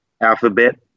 alphabet